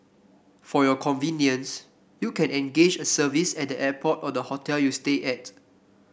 for your convenience you can engage a service at the airport or the hotel you stay at